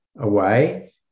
away